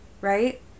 right